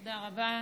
תודה רבה,